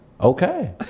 Okay